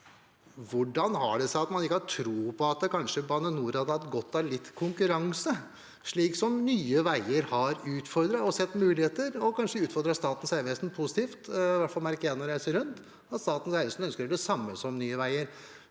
Hvordan har det seg at man ikke har tro på at Bane NOR kanskje hadde hatt godt av litt konkurranse, slik Nye veier har sett muligheter og kanskje utfordret Statens vegvesen positivt? I hvert fall merker jeg når jeg reiser rundt, at Statens vegvesen ønsker det samme som Nye veier.